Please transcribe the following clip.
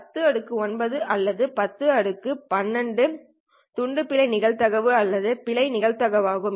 10 9 அல்லது 10 12 துண்டு பிழை நிகழ்தகவு அல்லது பிழை நிகழ்தகவு ஆகும்